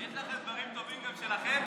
יש לכם דברים טובים גם שלכם?